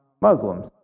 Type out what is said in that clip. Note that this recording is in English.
Muslims